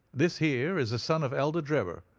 this here is the son of elder drebber,